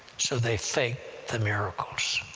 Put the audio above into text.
so they fake the miracles,